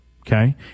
Okay